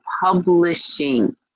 publishing